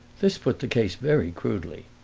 this put the case very crudely,